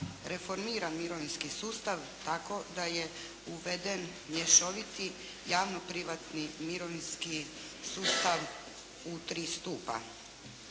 reformiran mirovinski sustav tako da je uveden mješoviti javno-privatni mirovinski sustav u tri stupa.